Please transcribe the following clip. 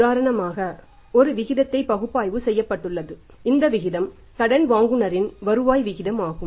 உதாரணமாக ஒரு விகிதத்தை பகுப்பாய்வு செய்யப்பட்டுள்ளது இந்த விகிதம் கடன் வழங்குநர்களின் வருவாய் விகிதம் ஆகும்